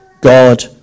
God